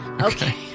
Okay